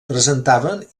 presentaven